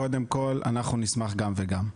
קודם כול, אנחנו נשמח לקבל גם וגם.